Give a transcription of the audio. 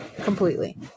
completely